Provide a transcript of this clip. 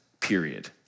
period